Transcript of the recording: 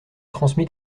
transmis